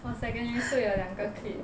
我 secondary school 有两个 clique